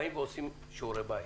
באים ועושים שיעורי בית.